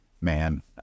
man